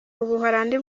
ubuholandi